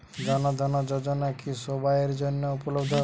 জন ধন যোজনা কি সবায়ের জন্য উপলব্ধ?